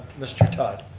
mr. todd.